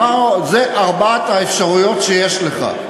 אמרנו: זה ארבע האפשרויות שיש לך.